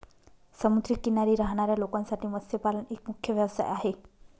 समुद्र किनारी राहणाऱ्या लोकांसाठी मत्स्यपालन एक मुख्य व्यवसाय आहे